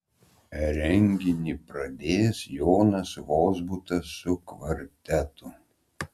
renginį pradės jonas vozbutas su kvartetu